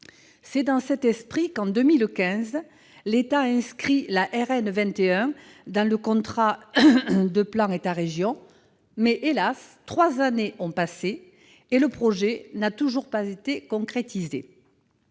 C'est dans cet esprit que, en 2015, l'État a inscrit la RN 21 dans le contrat de plan État-région, le CPER. Hélas, trois années ont passé et le projet n'a toujours pas été concrétisé.